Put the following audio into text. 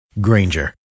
Granger